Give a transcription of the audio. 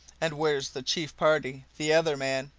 and where's the chief party the other man?